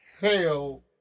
hell